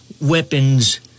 weapons